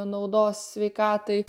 naudos sveikatai